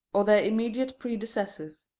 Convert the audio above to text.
or their immediate predecessors.